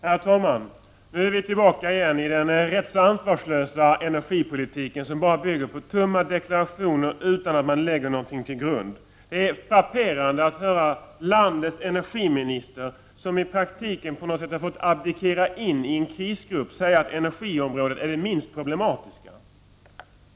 Herr talman! Nu är vi tillbaka igen i den rätt så ansvarslösa energipolitiken, som bara bygger på tunna deklarationer utan att någonting läggs till grund för dem. Det är frapperande att höra landets energiminister, som i praktiken på något sätt har fått abdikera in i en krisgrupp, säga att energiområdet är det minst problematiska.